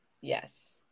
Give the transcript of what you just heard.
yes